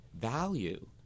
value